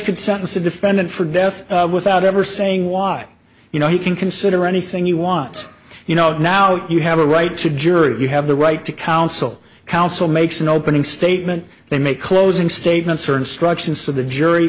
could sentence a defendant for death without ever saying why you know you can consider anything you want you know now you have a right to jury you have the right to counsel counsel makes an opening statement they make closing statements or instructions to the jury